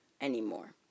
anymore